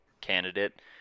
candidate